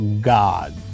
God